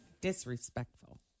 Disrespectful